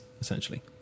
essentially